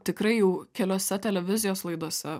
tikrai jau keliose televizijos laidose